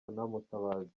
mutabazi